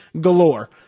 galore